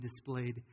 displayed